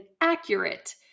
accurate